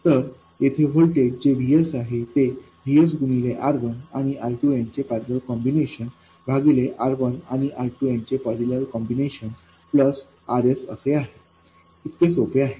तर येथे व्होल्टेज जेVGS आहे ते VS गुणिले R1आणि R2यांचे पैरलेल कॉम्बिनेशन भागिले R1आणि R2यांचे पैरलेल कॉम्बिनेशन प्लस RSअसे आहे इतके सोपे आहे